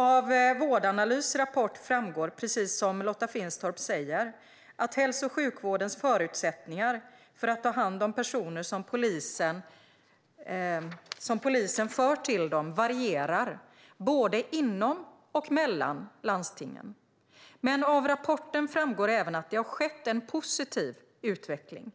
Av Vårdanalys rapport framgår, precis som Lotta Finstorp säger, att hälso och sjukvårdens förutsättningar för att ta hand om personer som polisen för till dem varierar, både inom och mellan landstingen. Men av rapporten framgår även att det har skett en positiv utveckling,